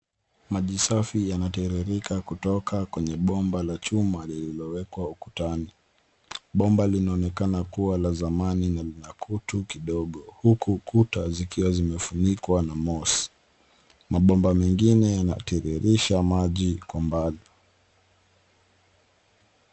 Maji safi yanatiririka kutoka kwenye bomba la chuma lililowekwa ukutani. Bomba linaonekana kuwa la zamani na lina kutu kidogo huku kuta zikiwa zimefunikwa na moss .Mabomba mengine yanatiririsha maji kwa mbali.